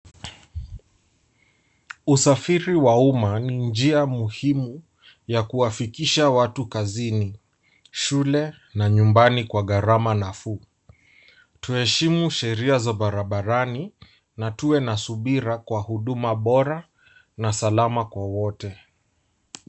Usafiri wa umma ni njia muhimu ya kuwafikisha watu kazini, shule na nyumbani kwa gharama nafuu. Tuheshimu sheria za barabarani na tuwe na subira kwa huduma bora na salama kwa wote.